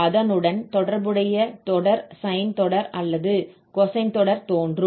அதனுடன் தொடர்புடைய தொடர் sine தொடர் அல்லது cosine தொடர் தோன்றும்